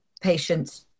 patients